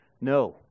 No